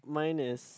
mine is